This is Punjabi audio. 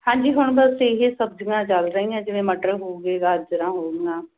ਹਾਂਜੀ ਹੁਣ ਬਸ ਇਹ ਸਬਜ਼ੀਆਂ ਚੱਲ ਰਹੀਆਂ ਜਿਵੇਂ ਮਟਰ ਹੋ ਗਏ ਗਾਜਰਾਂ ਹੋ ਗਈਆਂ